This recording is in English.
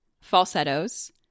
Falsettos